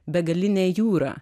begalinė jūra